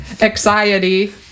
anxiety